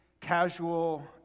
casual